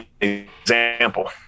example